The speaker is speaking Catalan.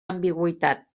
ambigüitat